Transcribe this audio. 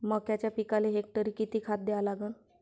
मक्याच्या पिकाले हेक्टरी किती खात द्या लागन?